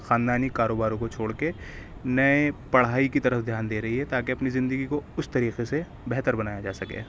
خاندانی کاروباروں کو چھوڑ کے نئے پڑھائی کی طرف دھیان دے رہی ہے تاکہ اپنی زندگی کو اُس طریقے سے بہتر بنایا جا سکے